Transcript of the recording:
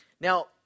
Now